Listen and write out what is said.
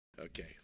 okay